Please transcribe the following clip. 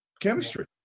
chemistry